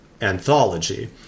anthology